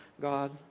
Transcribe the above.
God